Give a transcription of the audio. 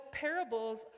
parables